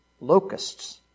locusts